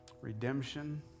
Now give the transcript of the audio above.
Redemption